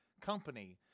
company